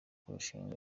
kugurisha